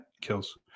Kills